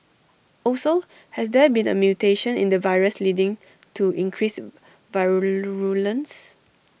also has there been A mutation in the virus leading to increased virulence